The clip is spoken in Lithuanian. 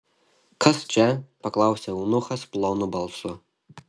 kas čia paklausė eunuchas plonu balsu